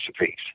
recipes